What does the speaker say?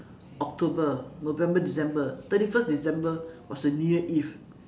october november december thirty first december was the new year eve